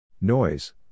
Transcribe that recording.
Noise